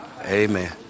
Amen